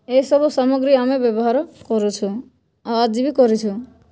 ଏସବୁ ସାମଗ୍ରୀ ଆମେ ବ୍ୟବହାର କରୁଛୁ ଆଉ ଆଜି ବି କରିଛୁ